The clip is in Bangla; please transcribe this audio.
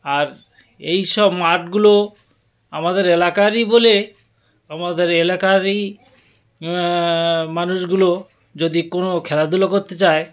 আর এই সব মাঠগুলো আমাদের এলাকারই বলে আমাদের এলাকারই মানুষগুলো যদি কোনো খেলাধুলো করতে চায়